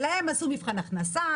שלהן עשו מבחן הכנסה,